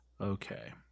Okay